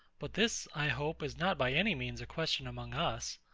but this, i hope, is not by any means a question among us.